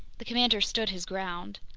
the commander stood his ground.